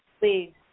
please